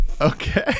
Okay